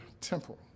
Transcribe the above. temple